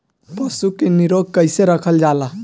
पशु के निरोग कईसे रखल जाला?